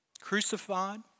crucified